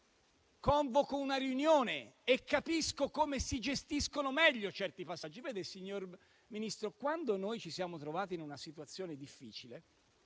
convoco una riunione e capisco come si gestiscono meglio certi passaggi. Vede, signor Ministro, quando noi ci siamo trovati in una situazione difficile